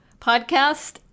podcast